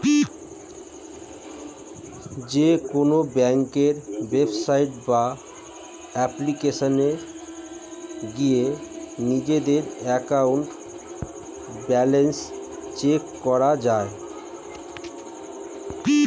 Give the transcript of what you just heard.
যেকোনো ব্যাংকের ওয়েবসাইট বা অ্যাপ্লিকেশনে গিয়ে নিজেদের অ্যাকাউন্টের ব্যালেন্স চেক করা যায়